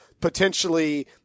Potentially